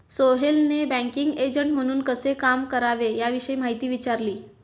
सोहेलने banking agent म्हणून कसे काम करावे याविषयी माहिती विचारली